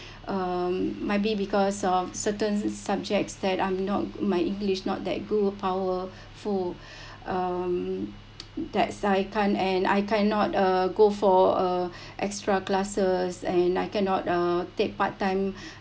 um might be because of certain subjects that I’m not my english not that good powerful um that's I can't and I cannot uh go for a extra classes and I cannot uh take part time